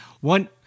One